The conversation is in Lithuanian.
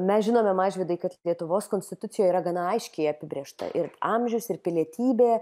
mes žinome mažvydai kad lietuvos konstitucijoje yra gana aiškiai apibrėžta ir amžius ir pilietybė